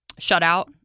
shutout